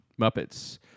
Muppets